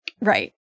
Right